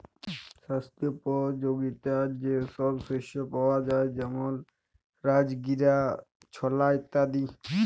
স্বাস্থ্যপ যগীতা যে সব শস্য পাওয়া যায় যেমল রাজগীরা, ছলা ইত্যাদি